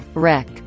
wreck